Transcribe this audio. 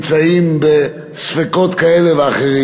נמצאים בספקות כאלה ואחרים.